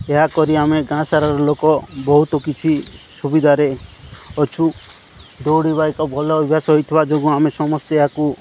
ଏହା କରି ଆମେ ଗାଁସାରାର ଲୋକ ବହୁତ କିଛି ସୁବିଧାରେ ଅଛୁ ଦୌଡ଼ିବା ଏକ ଭଲ ଅଭ୍ୟାସ ହୋଇଥିବା ଯୋଗୁଁ ଆମେ ସମସ୍ତେ ଏହାକୁ